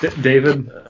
David